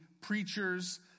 preachers